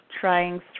trying